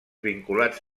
vinculats